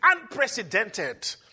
unprecedented